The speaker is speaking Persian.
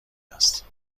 است